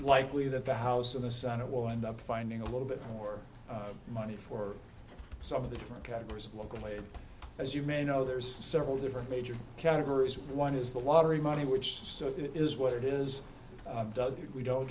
likely that the house of the senate will end up finding a little bit more money for some of the different categories of local labor as you may know there's several different major categories one is the lottery money which so it is what it is we don't